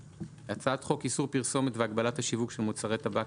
"הצעת חוק איסור פרסומת והגבלת השיווק של מוצרי טבק